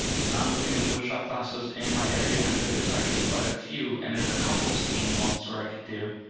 now i'm looking at a woodshop classes in my area and there is actually quite a few and there's a couples team once or i could do,